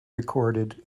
recorded